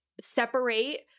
separate